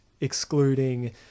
excluding